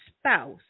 spouse